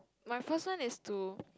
my first one is to